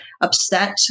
upset